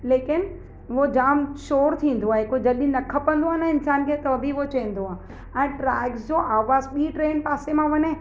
लेकिनि उहो जाम शोर थींदो आहे हिकु जॾहिं न खपंदो आहे न इंसान खे त बि उहो चवंदो आहे ऐं ट्रेक्स जो आवाज़ु ॿीं ट्रेन पासे मां वञे